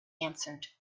answered